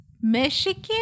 Michigan